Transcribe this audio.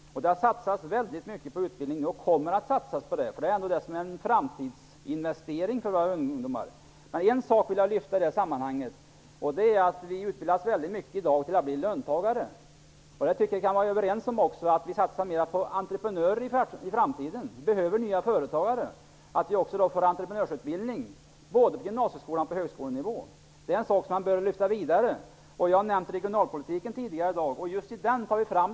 Det har satsats mycket på utbildning, och det kommer att satsas mycket. Utbildning är ju en framtidsinvestering för våra ungdomar. I det sammanhanget vill jag lyfta fram en sak. Vi utbildas i stor utsträckning i dag till att bli löntagare. Jag tycker vi kan vara överens om att i framtiden satsa mer på utbildning av entreprenörer. Det behövs nya företagare. De måste då få entreprenörsutbildning, både på gymnasienivå och på högskolenivå. Det är något som man mer bör lyfta fram. Jag har t.ex. nämnt regionalpolitiken i dag. Där tas dessa aspekter fram.